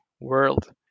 world